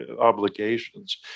obligations